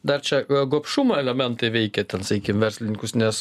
dar čia gobšumo elementai veikia ten sakykim verslininkus nes